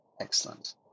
Excellent